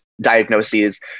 diagnoses